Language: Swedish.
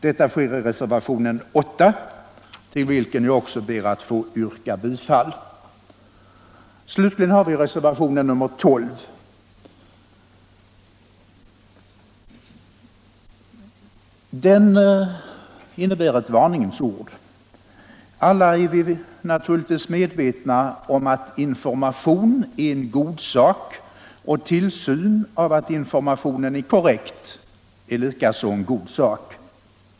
Detta sker i reservationen 8, till vilken jag också ber att få yrka bifall. Slutligen har vi reservationen 12. Den innebär ett varningens ord. Alla är vi naturligtvis medvetna om att information är en god sak och att tillsyn av att informationen är korrekt också är en god sak.